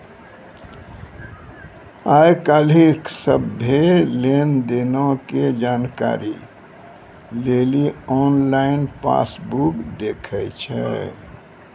आइ काल्हि सभ्भे लेन देनो के जानकारी लेली आनलाइन पासबुक देखै छै